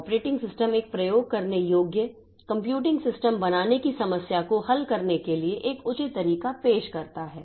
operating system एक प्रयोग करने योग्य कंप्यूटिंग सिस्टम बनाने की समस्या को हल करने के लिए एक उचित तरीका पेश करता है